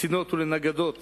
לקצינות ולנגדות